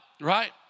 right